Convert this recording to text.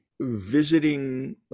visiting